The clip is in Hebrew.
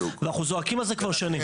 אנחנו זועקים על זה כבר שנים.